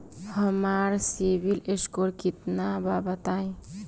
हमार CIBIL score केतना बा बताईं?